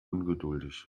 ungeduldig